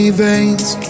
veins